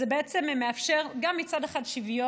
זה בעצם מאפשר גם שוויון,